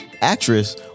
actress